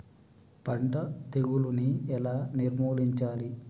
పంట తెగులుని ఎలా నిర్మూలించాలి?